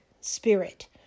spirit